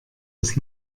das